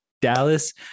Dallas